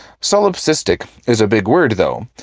solipsistic is a big word though,